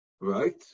right